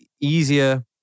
easier